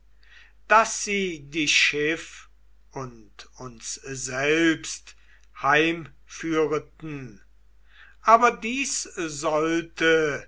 daß sie die schiff und uns selbst heimführeten aber dies sollte